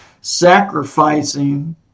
sacrificing